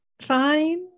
fine